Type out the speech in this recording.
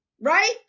right